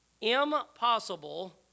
impossible